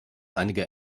einige